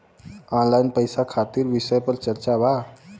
Online पैसा खातिर विषय पर चर्चा वा?